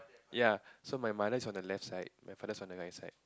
ya so my mother is on the left side my father is on the right